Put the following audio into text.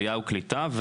עליה וקליטה,